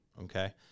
okay